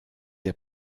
der